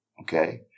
Okay